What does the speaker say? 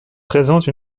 présente